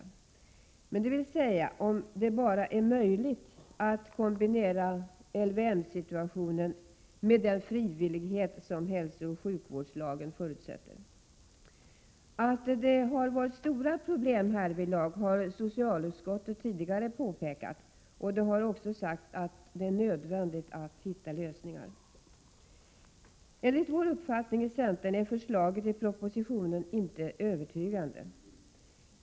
I många fall är det ju bara på sjukhusen som man kan ge den rätta inledande behandlingen, såsom avgiftning m.m. Att det har varit stora problem härvidlag har socialutskottet tidigare påpekat. Det har också sagts att det är nödvändigt att hitta lösningar. Enligt centerns uppfattning är förslaget i propositionen inte övertygande.